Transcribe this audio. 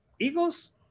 Eagles